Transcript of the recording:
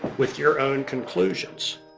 with your own conclusions